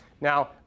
Now